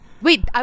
Wait